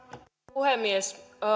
puhemies